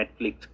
Netflix